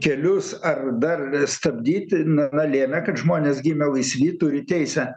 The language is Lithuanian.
kelius ar dar stabdyt na lėmė kad žmonės gimę laisvi turi teisę